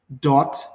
dot